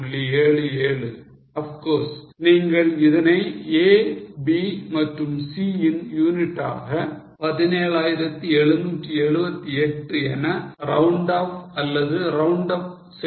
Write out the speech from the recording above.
77 of course நீங்கள் இதனை A B மற்றும் C யின் யூனிட்டாக 17778 என round off அல்லது round up செய்யலாம்